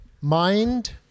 Mind